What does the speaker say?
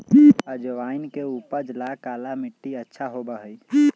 अजवाइन के उपज ला काला मट्टी अच्छा होबा हई